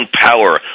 power